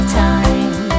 time